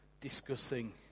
discussing